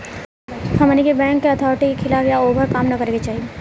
हमनी के bank authority के खिलाफ या ओभर काम न करे के चाही